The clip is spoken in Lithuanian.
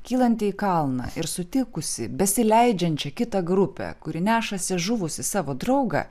kylanti į kalną ir sutikusi besileidžiančią kitą grupę kuri nešasi žuvusį savo draugą